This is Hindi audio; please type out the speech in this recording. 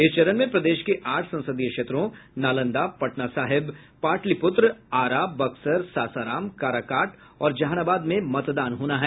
इस चरण में प्रदेश के आठ संसदीय क्षेत्रों नालंदा पटना साहिब पाटिलपुत्र आरा बक्सर सासाराम काराकाट और जहानाबाद में मतदान होना है